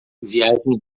viagem